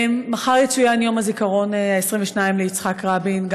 מחר יצוין יום הזיכרון ה-22 ליצחק רבין,